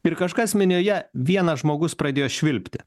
ir kažkas minioje vienas žmogus pradėjo švilpti